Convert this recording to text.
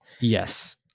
Yes